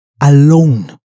alone